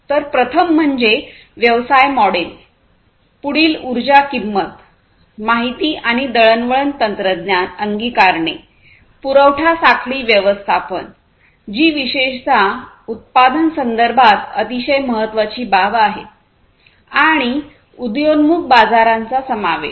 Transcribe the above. तर प्रथम म्हणजे व्यवसाय मॉडेल पुढील ऊर्जा किंमत माहिती आणि दळणवळण तंत्रज्ञान अंगीकारणे पुरवठा साखळी व्यवस्थापन जी विशेषत उत्पादन संदर्भात अतिशय महत्वाची बाब आहे आणि उदयोन्मुख बाजारांचा समावेश